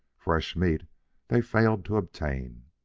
fresh meat they failed to obtain.